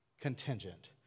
Contingent